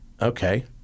Okay